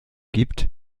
gibt